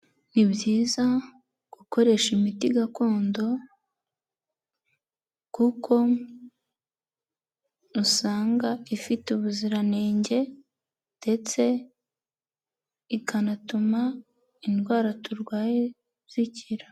Ni byiza gukoresha imiti gakondo, kuko usanga ifite ubuziranenge, ndetse ikanatuma indwara turwaye zikira.